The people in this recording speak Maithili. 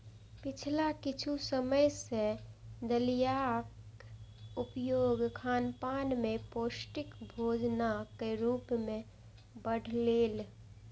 पिछला किछु समय सं दलियाक उपयोग खानपान मे पौष्टिक भोजनक रूप मे बढ़लैए